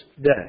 Day